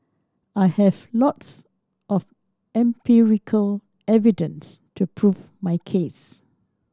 I have lots of empirical evidence to prove my case